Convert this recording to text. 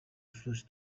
flash